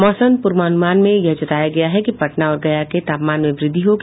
मौसम पूर्वान्मान में यह जताया गया है कि पटना और गया के तापमान में वृद्धि होगी